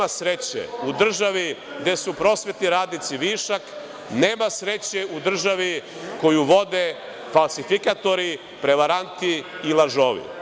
Nema sreće u državi gde su prosvetni radnici višak, nema sreće u državi koju vode falsifikatori, prevaranti i lažovi.